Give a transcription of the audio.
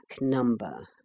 number